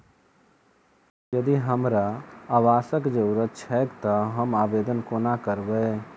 यदि हमरा आवासक जरुरत छैक तऽ हम आवेदन कोना करबै?